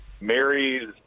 Mary's